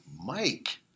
Mike